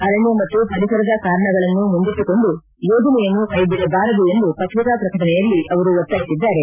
ಆರಣ್ಯ ಮತ್ತು ಪರಿಸರದ ಕಾರಣಗಳನ್ನು ಮುಂದಿಟ್ಟುಕೊಂಡು ಯೋಜನೆಯನ್ನು ಕೈಬಿಡಬಾರದು ಎಂದು ಪತ್ರಿಕಾ ಪ್ರಕಟಣೆಯಲ್ಲಿ ಒತ್ತಾಯಿಸಿದ್ದಾರೆ